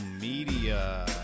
media